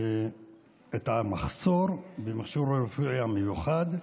את המחסור במכשור הרפואי המיוחד,